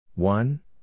One